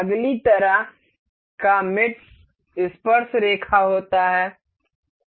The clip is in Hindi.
अगली तरह का मेट स्पर्शरेखा होता है